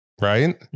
right